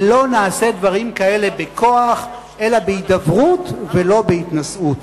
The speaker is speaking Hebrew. ולא נעשה דברים כאלה בכוח אלא בהידברות ולא בהתנשאות.